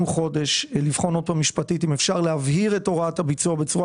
חודש לבחון עוד פעם משפטית אם אפשר להבהיר את הוראת הביצוע בצורה